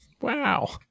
Wow